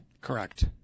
Correct